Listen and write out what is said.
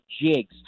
jigs